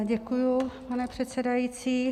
Děkuji, pane předsedající.